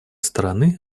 стороны